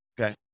Okay